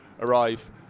arrive